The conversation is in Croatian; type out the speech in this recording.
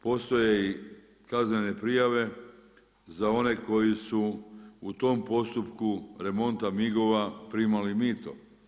Postoje i kaznene prijave za one koji su u tom postupku remonta MIG-ova primali mito.